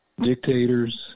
dictators